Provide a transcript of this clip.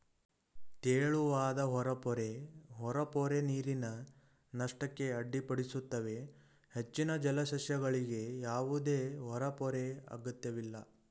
ತೆಳುವಾದ ಹೊರಪೊರೆ ಹೊರಪೊರೆ ನೀರಿನ ನಷ್ಟಕ್ಕೆ ಅಡ್ಡಿಪಡಿಸುತ್ತವೆ ಹೆಚ್ಚಿನ ಜಲಸಸ್ಯಗಳಿಗೆ ಯಾವುದೇ ಹೊರಪೊರೆ ಅಗತ್ಯವಿಲ್ಲ